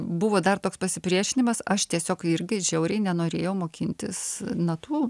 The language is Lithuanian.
buvo dar toks pasipriešinimas aš tiesiog irgi žiauriai nenorėjau mokintis natų